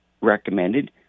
recommended